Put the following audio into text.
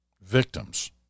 victims